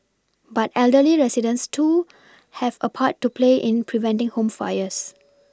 but elderly residents too have a part to play in preventing home fires